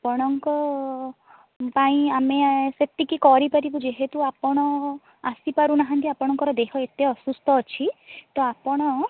ଆପଣଙ୍କ ପାଇଁ ଆମେ ସେତିକି କରିପାରିବୁ ଯେହେତୁ ଆପଣ ଆସିପାରୁନାହାନ୍ତି ଅପାଣଙ୍କର ଦେହ ଏତେ ଅସୁସ୍ଥ ଅଛି ତ ଆପଣ